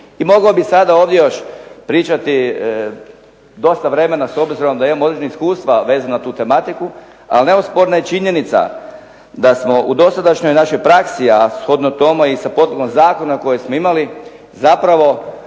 I mogao bi sada ovdje još pričati dosta vremena s obzirom da imam određena iskustva vezano na tu tematiku, ali neosporna je činjenica da smo u dosadašnjoj našoj praksi, a shodno tome i sa …/Ne razumije se./… zakona koji smo imali, zapravo